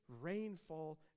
rainfall